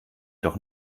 doch